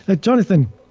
Jonathan